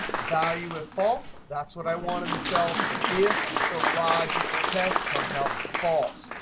value if false, that's what i want in the cell if the logical test comes out false.